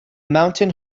mountain